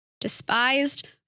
despised